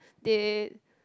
they